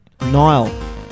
Nile